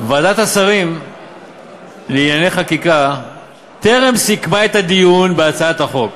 ועדת השרים לענייני חקיקה טרם סיכמה את הדיון בהצעת החוק,